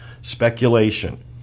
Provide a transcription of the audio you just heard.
speculation